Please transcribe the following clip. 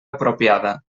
apropiada